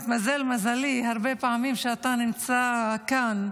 מתמזל מזלי הרבה פעמים שאתה נמצא כאן.